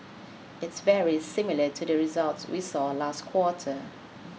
it's very similar to the results we saw last quarter